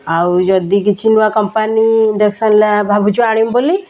ଆଉ ଯଦି କିଛି ନୂଆ କମ୍ପାନୀ ଭାବୁଛୁ ଆଣିବୁ ବୋଲି